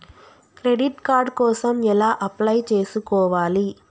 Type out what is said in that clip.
Credit card కోసం ఎలా apply చేసుకోవాలి?